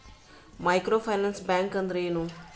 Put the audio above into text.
Micro finance bank ಅಂದ್ರ ಏನು?